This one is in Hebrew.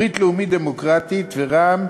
ברית לאומית-דמוקרטית ורע"ם,